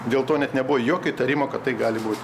dėl to net nebuvo jokio įtarimo kad tai gali būti